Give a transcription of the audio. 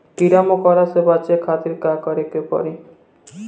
कीड़ा मकोड़ा से बचावे खातिर का करे के पड़ी?